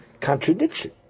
contradiction